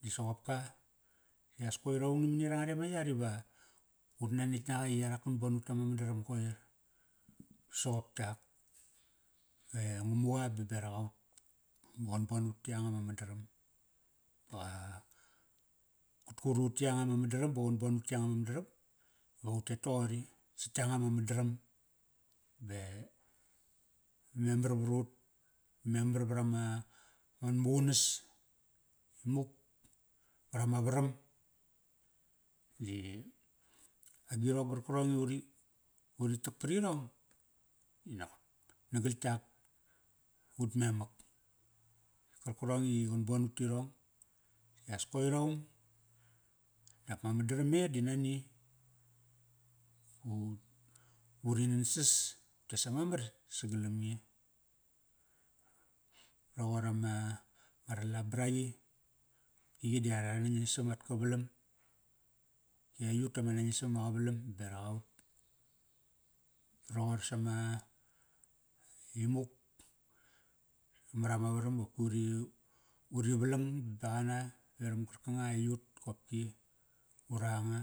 Di soqop ka ki as koir aung namani ranga re ma yar iva ut nanetk naqa i yarak kanbon ut tama madaram, koir. Soqop yak, e ngamuqa baberak aut. Ba qan bon ut ti yanga ma mandaram ba qa, qat kurut ti yanga ma madaram ba qan bon ut ti yanga ma madaram. Va utet toqori sat yanga ma madaram. Ve memar varut. Memar vra ma, man muqunas. Muk marama varam. Di agirong garkarong i uri, uri tak parirong dinop nagal yak, ut memak. Kar karong i qan bon ut tirong ias koir aung dap ma madaram me di nani. Vut, vuri nansas, utes ama mar sagalam nge. Roqor ama, ma ralabraqi, i qi di ara nangis am at kavalam. I aiyut tama nangis am ma qavalam berak aut. Roqor sama, imuk marama varam qopki uri, uri valang beqana veram qarkanga aiyut kopki, ura anga.